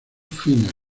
finas